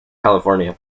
california